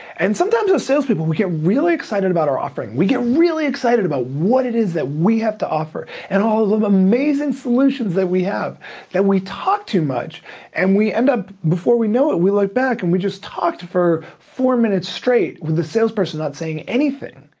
and sometimes as sales people we get really excited about our offering, we get really excited about what it is that we have to offer and all of the amazing solutions that we have that we talk too much and we end up, before we know it, we look like back and we just talked for four minutes straight with the sales person not saying anything.